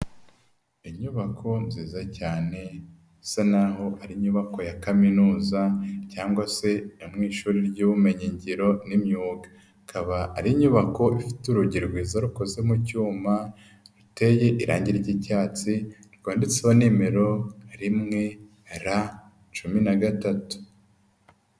Inyubako nziza cyane isa naho ari inyubako ya kaminuza cyangwa se yo mu ishuri ry'ubumenyi ngiro n'imyuga. Ikaba ari inyubako ifite urugero rwiza rukoze mu cyuma, ikaba iteye irangi ry'icyatsi, rwanditsweho nimero rimwe R cumi na gatatu.